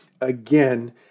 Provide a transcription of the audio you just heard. again